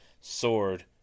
sword